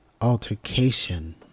altercation